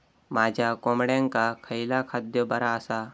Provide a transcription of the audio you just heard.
माझ्या कोंबड्यांका खयला खाद्य बरा आसा?